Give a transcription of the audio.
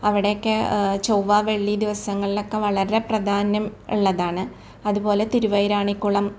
അവിടെ ഒക്കെ ചൊവ്വ വെള്ളി ദിവസങ്ങളിലൊക്കെ വളരെ പ്രാധാന്യം ഉള്ളതാണ് അതുപോലെ തിരുവൈരാണിക്കുളം